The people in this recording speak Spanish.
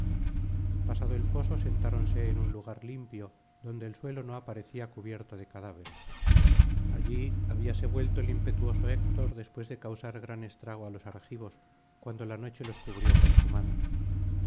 pasado el foso sentáronse en un lugar limpio donde el suelo no aparecía cubierto de cadáveres allí habíase vuelto el impetuoso héctor después de causar gran estrago á los argivos cuando la noche los cubrió con su manto